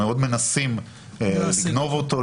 ומאוד מנסים לגנוב אותו,